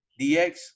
DX